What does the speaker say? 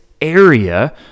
area